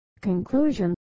Conclusion